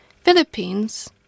Philippines